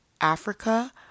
Africa